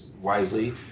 wisely